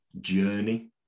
journey